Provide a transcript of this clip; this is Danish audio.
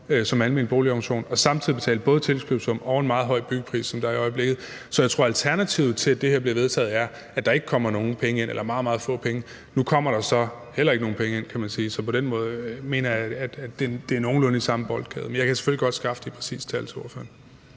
som almen boligorganisation og samtidig betale både tillægskøbesum og en meget høj byggepris, hvilket der er i øjeblikket. Så jeg tror, at alternativet til at vedtage det her er, at der ikke kommer nogen penge eller kun meget få penge ind. Nu kommer der så heller ikke nogen penge ind, kan man sige, så på den måde mener jeg, at det er nogenlunde det samme. Men jeg kan selvfølgelig godt skaffe de præcise tal til ordføreren.